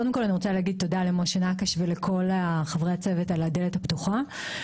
קודם כל אני רוצה להגיד תודה למשה נקש ולכל חברי הצוות על דלתם הפתוחה.